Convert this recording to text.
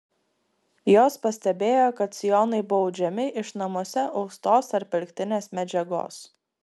jos pastebėjo kad sijonai buvo audžiami iš namuose austos ar pirktinės medžiagos